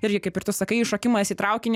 irgi kaip ir tu sakai iššokimas į traukinį